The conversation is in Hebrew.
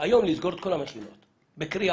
נסגור היום את כל המכינות בקריאה.